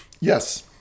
Yes